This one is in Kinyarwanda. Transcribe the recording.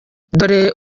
dore